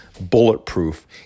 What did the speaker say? bulletproof